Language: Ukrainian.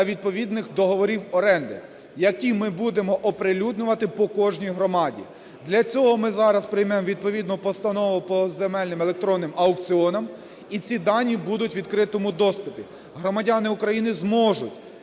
відповідних договорів оренди, які ми будемо оприлюднювати по кожній громаді. Для цього ми зараз приймемо відповідну постанову по земельним електронним аукціонам, і ці данні будуть у відкритому доступі. Громадяни України зможуть